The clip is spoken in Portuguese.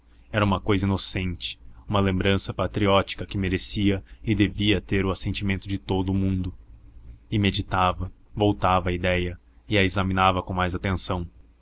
era uma cousa inocente uma lembrança patriótica que merecia e devia ter o assentimento de todo o mundo e meditava voltava à idéia e a examinava com mais atenção